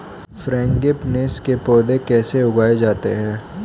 Frangipanis के पौधे कैसे उगाए जाते हैं?